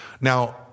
Now